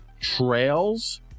trails